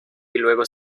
luego